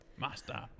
Master